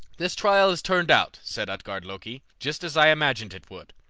this trial has turned out, said utgard-loki, just as i imagined it would.